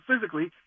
physically